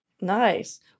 Nice